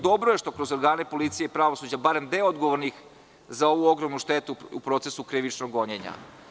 Dobro je što kroz organe policije i pravosuđa barem deo odgovornih za ovu ogromnu štetu je u procesu krivičnog gonjenja.